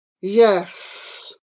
Yes